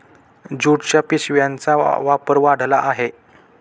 ज्यूटच्या पिशव्यांचा वापर वाढला आहे